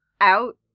out